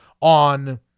on